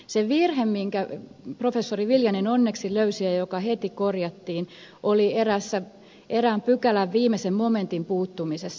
se virhe minkä professori viljanen onneksi löysi ja joka heti korjattiin oli erään pykälän viimeisen momentin puuttumisessa